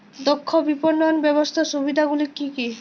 দক্ষ বিপণন ব্যবস্থার সুবিধাগুলি কি কি?